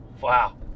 Wow